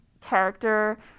character